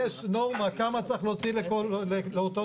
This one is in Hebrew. יש נורמה כמה צריך להוציא לכל תושב,